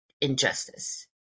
injustice